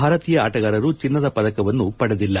ಭಾರತೀಯ ಆಟಗಾರರು ಚಿನ್ನದ ಪದಕವನ್ನು ಪಡೆದಿಲ್ಲ